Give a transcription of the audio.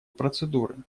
процедуры